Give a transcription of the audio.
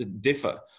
differ